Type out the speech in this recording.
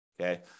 okay